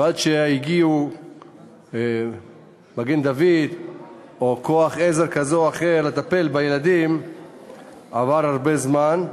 ועד שהגיעו מגן-דוד או כוח עזר כזה או אחר לטפל בילדים עבר הרבה זמן,